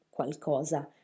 qualcosa